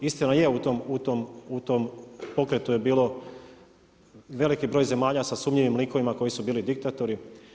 Istina je u tom pokretu je bilo veliki broj zemalja sa sumnjivim likovima koji su bili diktatori.